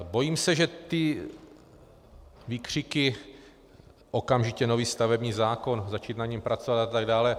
Bojím se, že ty výkřiky okamžitě nový stavební zákon, začít na něm pracovat atd.